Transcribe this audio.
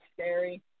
scary